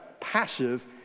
passive